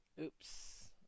Oops